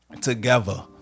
Together